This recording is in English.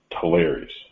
hilarious